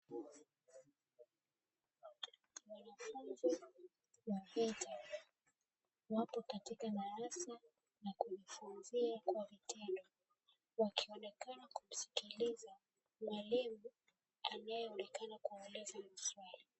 Wanafunzi wa chuo wako katika darasa la kujifunzia kwa vitendo, wakionekana kumsikiliza mwalimu anaeonekana kuwauliza maswali.